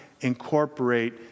incorporate